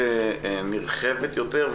שהופכת לנרחבת יותר,